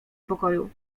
pokoju